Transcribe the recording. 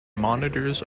monitors